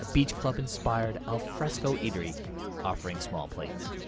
ah beach club inspired al fresco eatery offering small plates.